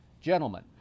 Gentlemen